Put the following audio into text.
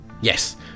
Yes